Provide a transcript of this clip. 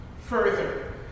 further